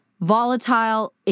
volatile